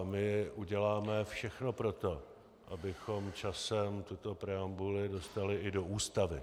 My uděláme všechno pro to, abychom časem tuto preambuli dostali i do Ústavy.